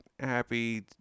happy